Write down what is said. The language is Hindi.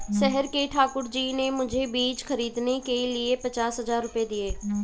शहर के ठाकुर जी ने मुझे बीज खरीदने के लिए पचास हज़ार रूपये दिए